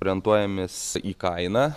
orentuojamės į kainą